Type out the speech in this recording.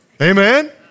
Amen